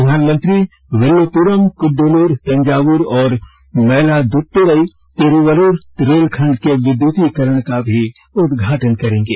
प्रधानमंत्री विल्लुपुरम कुडुलूर तंजावुर और मैलादूतुरई तिरुवरुर रेलखण्ड के विद्युतीकरण का भी उद्घाटन करेंगे